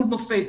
מול מופ"ת,